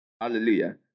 Hallelujah